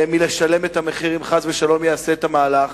מלשלם את המחיר, אם חס ושלום יעשה את המהלך.